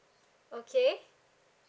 okay